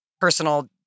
personal